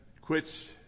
quits